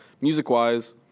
Music-wise